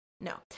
no